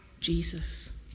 Jesus